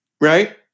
right